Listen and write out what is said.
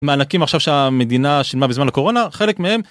מענקים עכשיו שהמדינה שילמה בזמן הקורונה חלק מהם.